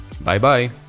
bye-bye